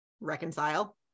Reconcile